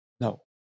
No